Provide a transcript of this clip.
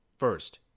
First